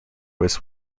was